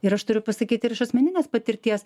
ir aš turiu pasakytiir iš asmeninės patirties